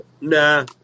Nah